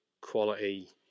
quality